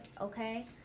okay